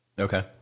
Okay